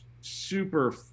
super